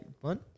one